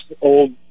old